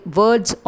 words